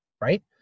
right